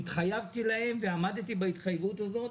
התחייבתי להן ועמדתי בהתחייבות הזאת.